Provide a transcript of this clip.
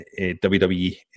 WWE